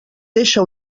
deixa